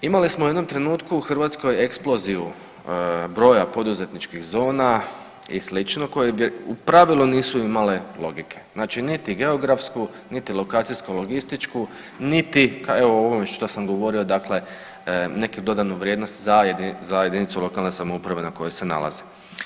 Imali smo u jednom trenutku u Hrvatskoj eksploziju broja poduzetničkih zona i sl. koje u pravilu nisu imale logike, znači niti geografsku, niti lokacijsko-logističku, niti evo o ovome što sam govorio dakle neku dodanu vrijednost za jedinicu lokalne samouprave na kojoj se nalaze.